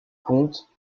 compte